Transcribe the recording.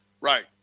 Right